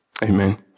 Amen